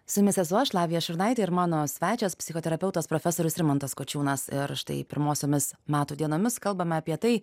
su jumis esu aš lavija šurnaitė ir mano svečias psichoterapeutas profesorius rimantas kočiūnas ir štai pirmosiomis metų dienomis kalbame apie tai